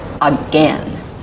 again